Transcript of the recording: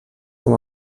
com